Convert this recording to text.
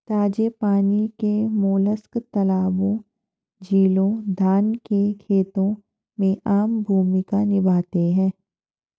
ताजे पानी के मोलस्क तालाबों, झीलों, धान के खेतों में आम भूमिका निभाते हैं